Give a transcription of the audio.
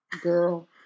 girl